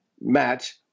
match